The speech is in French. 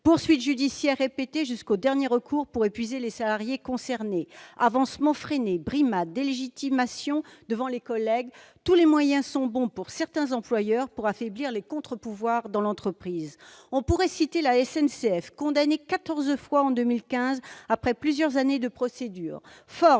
Poursuites judiciaires répétées jusqu'au dernier recours pour épuiser les salariés concernés, avancements freinés, brimades, délégitimation devant les collègues : tous les moyens sont bons, aux yeux de certains employeurs, pour affaiblir les contre-pouvoirs dans l'entreprise. On pourrait citer la SNCF, condamnée quatorze fois en 2015 après plusieurs années de procédures